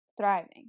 thriving